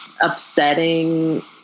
upsetting